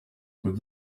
with